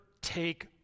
take